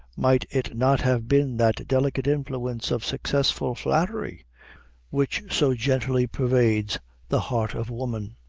might it not have been that delicate influence of successful flattery which so gently pervades the heart of woman,